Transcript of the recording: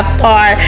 far